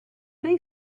they